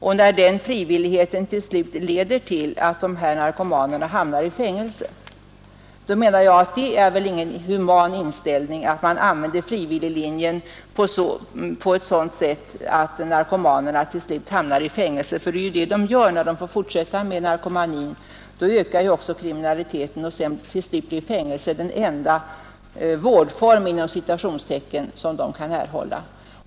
Jag menar att det inte är någon human inställning att man använder frivillighetslinjen på ett sådant sätt att narkomanerna till slut hamnar i fängelse, ty det är det de gör när de får fortsätta med narkomanin. Då ökar ju också kriminaliteten, och till sist blir fängelse den enda ”vårdform” som de kan erhålla.